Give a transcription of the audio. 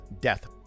death